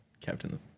Captain